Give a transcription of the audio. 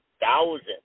thousand